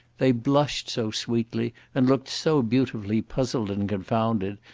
they blushed so sweetly, and looked so beautifully puzzled and confounded,